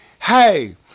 hey